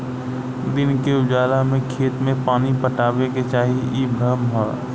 दिन के उजाला में खेत में पानी पटावे के चाही इ भ्रम ह